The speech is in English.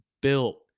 built